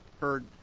heard